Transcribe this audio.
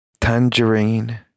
Tangerine